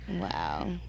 Wow